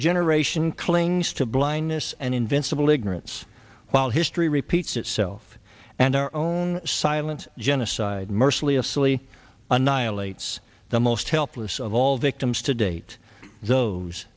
generation clings to blindness and invincible ignorance while history repeats itself and our own silent genocide mercilessly annihilates the most helpless of all victims to date those